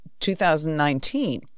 2019